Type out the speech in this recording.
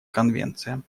конвенциям